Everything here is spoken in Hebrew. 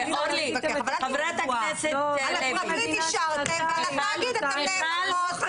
אתם אישרתם, אתם קבעתם.